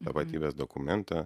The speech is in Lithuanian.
tapatybės dokumentą